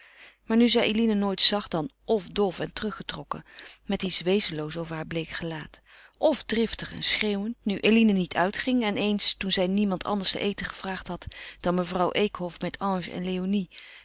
maar nu zij eline nooit zag dan f dof en teruggetrokken met iets wezenloos over haar bleek gelaat f driftig en schreeuwend nu eline niet uitging en eens toen zij niemand anders ten eten gevraagd had dan mevrouw eekhof met ange en léonie